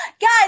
guys